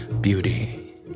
beauty